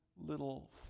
little